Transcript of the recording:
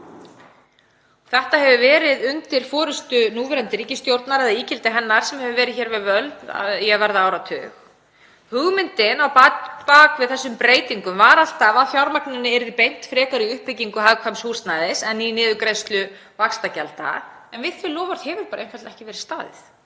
Þetta hefur verið undir forystu núverandi ríkisstjórnar eða ígildis hennar sem hefur verið hér við völd í að verða áratug. Hugmyndin á bak við þessar breytingar var alltaf að fjármagninu yrði frekar beint í uppbyggingu hagkvæms húsnæðis en í niðurgreiðslu vaxtagjalda en við þau loforð hefur einfaldlega ekki verið staðið.